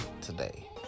today